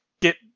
get